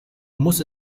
muss